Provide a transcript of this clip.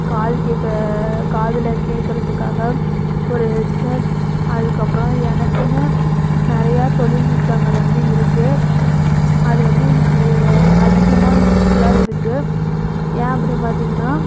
காது கேட்க காதில் கேக்கிறத்துக்காக ஒரு ஹெட்செட் அதுக்கப்புறம் எனக்குன்னு நிறையா தொழில் நுட்பங்கள் வந்து இருக்கு அது வந்து எனக்கு அதிகமாக யூஸ்ஃபுல்லாக இருக்கு ஏன் அப்படின்னு பார்த்தீங்கன்னா